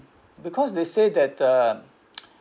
because they say that the